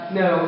no